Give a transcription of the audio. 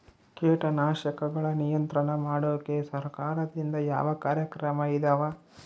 ಕೇಟನಾಶಕಗಳ ನಿಯಂತ್ರಣ ಮಾಡೋಕೆ ಸರಕಾರದಿಂದ ಯಾವ ಕಾರ್ಯಕ್ರಮ ಇದಾವ?